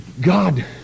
God